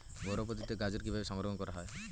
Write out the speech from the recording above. ঘরোয়া পদ্ধতিতে গাজর কিভাবে সংরক্ষণ করা?